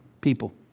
people